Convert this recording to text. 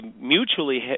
mutually